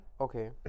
Okay